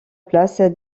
place